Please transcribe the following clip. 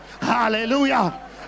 Hallelujah